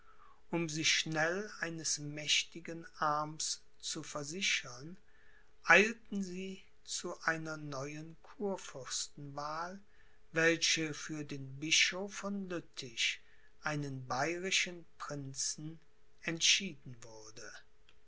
um sich schnell eines mächtigen arms zu versichern eilten sie zu einer neuen kurfürstenwahl welche für den bischof von lüttich einen bayerischen prinzen entschieden wurde